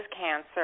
cancer